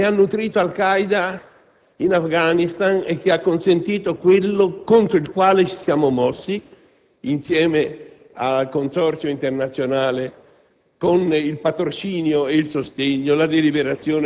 Il terrorismo che ha nutrito Al Qaeda in Afghanistan, quello contro il quale ci siamo mossi insieme al consorzio internazionale,